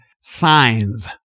signs